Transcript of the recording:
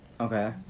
Okay